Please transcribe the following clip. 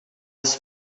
les